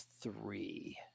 three